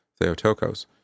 Theotokos